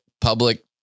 public